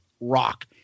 rock